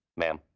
ma'am.